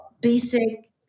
basic